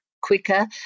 quicker